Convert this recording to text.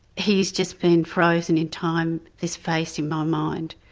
he's just been frozen in time, his face in my mind.